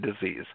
disease